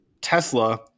Tesla